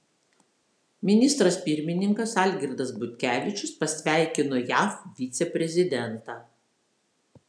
ministras pirmininkas algirdas butkevičius pasveikino jav viceprezidentą